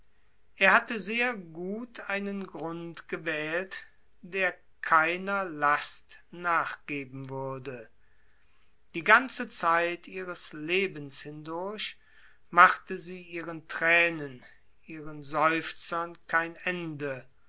er hatte sehr gut einen grund gewählt der keiner last nachgeben würde die ganze zeit ihres lebens hindurch machte sie ihren thränen ihren seufzern kein ende